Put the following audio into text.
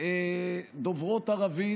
דוברות ערבית,